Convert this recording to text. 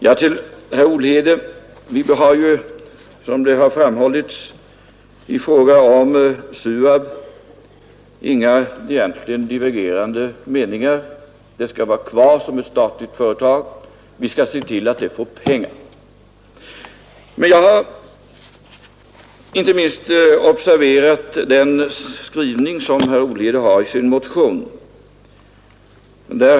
Till herr Olhede vill jag säga att vi ju, som här har framhållits, egentligen inte har några divergerande meningar i fråga om SUAB. Det skall vara kvar som statligt företag, och vi skall se till att det får pengar. Jag har observerat skrivningen i herr Olhedes motion.